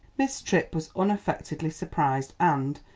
miss tripp was unaffectedly surprised and,